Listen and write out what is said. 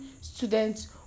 students